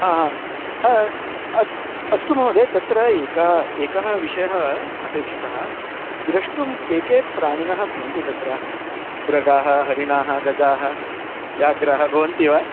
हा हा अस्तु अस्तु महोदय तत्र एकः एकः विषयः अपेक्षितः द्रष्टुं के के प्राणिनः भवन्ति तत्र उरगाः हरिणाः गजाः व्याघ्राः भवन्ति वा